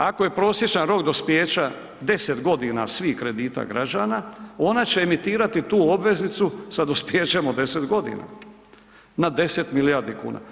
Ako je prosječan rok dospijeća 10.g. svih kredita građana, ona će emitirati tu obveznicu sa dospijećem od 10.g. na 10 milijardi kuna.